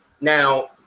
Now